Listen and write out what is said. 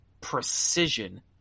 precision